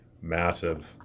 massive